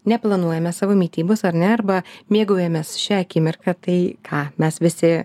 neplanuojame savo mitybos ar ne arba mėgaujamės šia akimirka tai ką mes visi